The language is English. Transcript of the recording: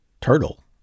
turtle